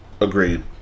agreed